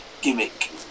gimmick